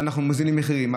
ואנחנו מורידים מחירים.